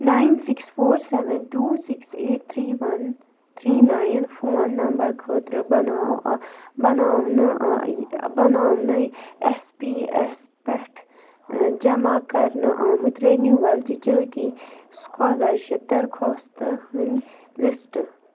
nine six four seven two six eight three one three nine phone number خٲطرٕ بناو بناونہٕ بناونہٕ ایس پی ایس پٮ۪ٹھ جمع کَرنہٕ آمٕتۍ رینِوَل تِجاتی سُکالرشِپ درخواستہٕ ہٕنٛدۍ لِسٹہٕ